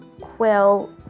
Quill